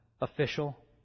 official